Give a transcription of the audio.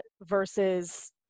versus